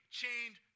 chained